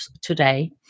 today